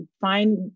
find